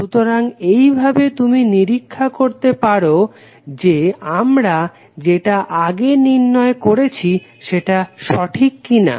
সুতরাং এইভাবে তুমি নিরীক্ষা করতে পারো যে আমরা যেটা আগে নির্ণয় করেছি সেটা সঠিক কিনা